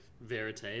verite